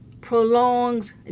prolongs